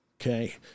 Okay